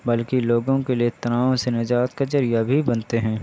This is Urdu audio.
بلکہ لوگوں کے لیے تناؤ سے نجات کا ذریعہ بھی بنتے ہیں